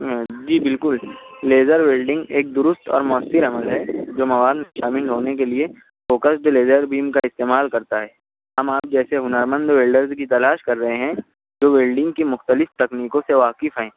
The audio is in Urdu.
جی بالکل لیزر ویلڈنگ ایک درست اور مؤثر عمل ہے جو ہونے کے لیے فوکس لیزر بیم کا استعمال کرتا ہے ہم آپ جیسے ہنرمند ویلڈرز کی تلاش کر رہے ہیں جو ویلڈنگ کی مختلف تکنیکوں سے واقف ہیں